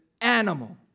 animal